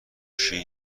شیر